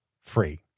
free